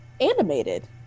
animated